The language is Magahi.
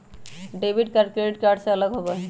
डेबिट कार्ड क्रेडिट कार्ड से अलग होबा हई